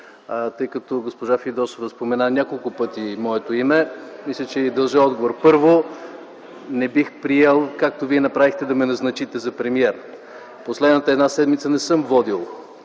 Тъй като госпожа Фидосова спомена няколко пъти моето име мисля, че й дължа отговор. Първо, не бих приел, както Вие направихте, да ме назначите за премиер. Последната една седмица не съм водил